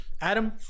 Adam